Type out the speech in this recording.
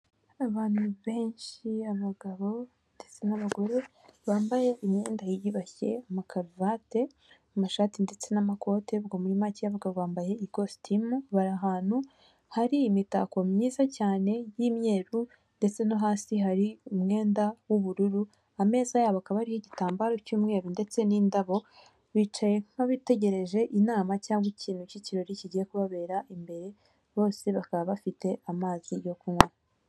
Abantu benshi abagabo ndetse n'abagore bambaye imyenda yiyubashye amakaruvate, amashati ndetse n'amakote ubwo muri make abagabo bambaye ikositimu bari ahantu hari imitako myiza cyane y'imyeru ndetse no hasi hari umwenda w'ubururu, ameza yabo akaba ariho igitambaro cy'umweru ndetse n'indabo, bicaye nk'abategereje inama cyangwa ikintu cy'ikirori kigiye kubabera imbere bose bakaba bafite amazi yo kunywa.